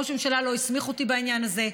ראש הממשלה לא הסמיך אותי בעניין הזה,